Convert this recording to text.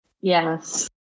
yes